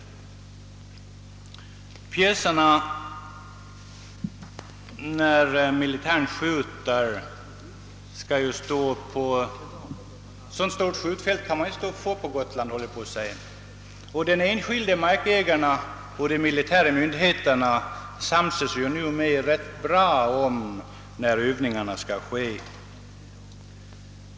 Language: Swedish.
Eftersom avståndet mellan pjäsplats och mål måste vara mycket stort, kan det fastställas att ett skjutfält av erforderlig storlek knappast står till förfogande på Gotland. Markområden i enskild ägo kan emellertid utnyttjas. De enskilda markägarna och de militära myndigheterna kommer numera rätt bra överens medan övningarna pågår.